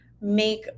make